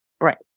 Right